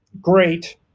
Great